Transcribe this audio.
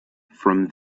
from